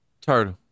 Turtle